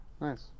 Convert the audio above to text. nice